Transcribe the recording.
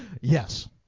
Yes